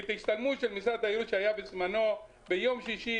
את ההשתלמות של משרד התיירות שהייתה בזמנו ביום שישי,